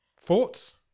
Thoughts